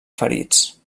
ferits